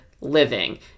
living